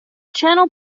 channel